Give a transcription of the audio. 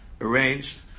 arranged